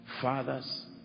fathers